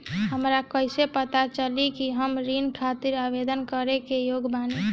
हमरा कईसे पता चली कि हम ऋण खातिर आवेदन करे के योग्य बानी?